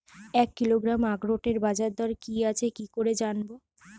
এক কিলোগ্রাম আখরোটের বাজারদর কি আছে কি করে জানবো?